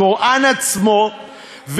הקוראן עצמו,